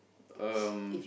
um